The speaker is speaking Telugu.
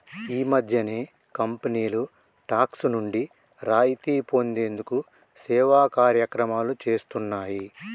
ఈ మధ్యనే కంపెనీలు టాక్స్ నుండి రాయితీ పొందేందుకు సేవా కార్యక్రమాలు చేస్తున్నాయి